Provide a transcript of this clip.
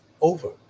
over